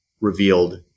revealed